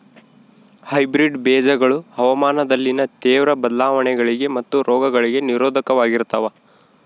hybrid ಬೇಜಗಳು ಹವಾಮಾನದಲ್ಲಿನ ತೇವ್ರ ಬದಲಾವಣೆಗಳಿಗೆ ಮತ್ತು ರೋಗಗಳಿಗೆ ನಿರೋಧಕವಾಗಿರ್ತವ